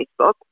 Facebook